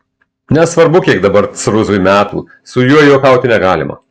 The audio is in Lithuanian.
nesvarbu kiek dabar cruzui metų su juo juokauti negalima